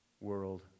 world